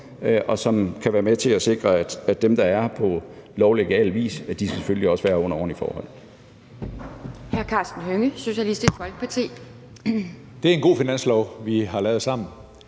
og som kan være med til at sikre, at dem, der er her på lovlig vis, selvfølgelig også er her under ordentlige forhold.